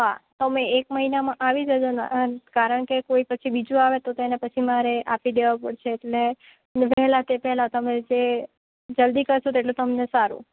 હા તમે એક મહિનામાં આવી જજો અન કારણ કે કોઈ પછી બીજું આવે તો તેને પછી મારે આપી દેવા પડશે એટલે વહેલા તે પહેલા તમે જે જલ્દી કરશો તો તેટલું તમને સારું